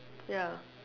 ya